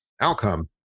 outcome